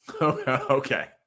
Okay